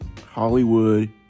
Hollywood